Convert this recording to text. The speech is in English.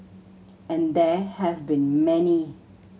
and there have been many